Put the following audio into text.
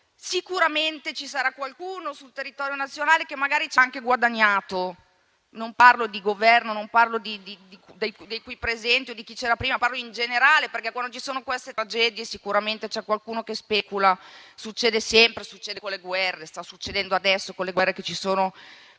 Sicuramente ci sarà qualcuno sul territorio nazionale che magari ci ha anche guadagnato. Non parlo del Governo, di chi è qui presente o di chi c'era prima. Parlo in generale, perché quando ci sono queste tragedie sicuramente c'è qualcuno che specula; succede sempre, succede con le guerre e sta succedendo adesso con le guerre più o meno